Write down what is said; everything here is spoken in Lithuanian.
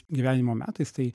gyvenimo metais tai